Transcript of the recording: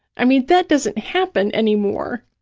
i mean, that doesn't happen anymore.